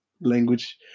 language